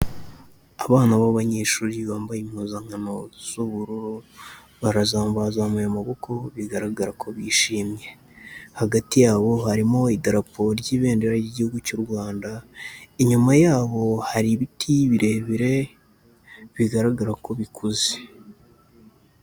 Abana b'abanyeshuri bambaye impuzankano z'ubururu, barazambaye bazamuye amaboko bigaragara ko bishimye. Hagati yabo harimo Idarapo ry'Ibendera ry'Igihugu cy'u Rwanda, inyuma yabo hari ibiti birebire, bigaragara ko bikuze.